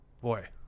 Boy